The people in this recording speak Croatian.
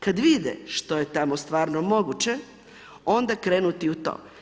Kad vide što je tamo stvarno moguće onda krenuti u to.